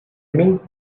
mink